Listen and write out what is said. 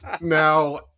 Now